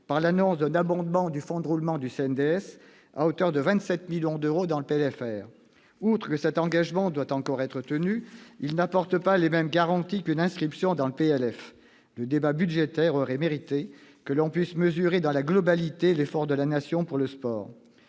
par l'annonce d'un abondement du fonds de roulement du CNDS à hauteur de 27 millions d'euros dans le projet de loi de finances rectificative. Outre que cet engagement doit encore être tenu, il n'apporte pas les mêmes garanties qu'une inscription dans le projet de loi de finances. Le débat budgétaire aurait mérité que l'on puisse mesurer dans la globalité l'effort de la Nation pour le sport.